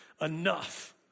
enough